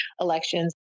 elections